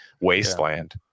wasteland